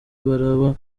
baraba